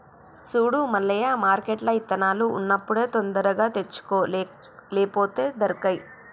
సూడు మల్లయ్య మార్కెట్ల ఇత్తనాలు ఉన్నప్పుడే తొందరగా తెచ్చుకో లేపోతే దొరకై